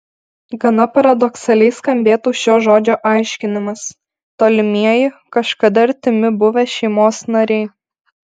gana paradoksaliai skambėtų šio žodžio aiškinimas tolimieji kažkada artimi buvę šeimos nariai